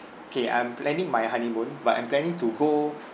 K I'm planning my honeymoon but I'm planning to go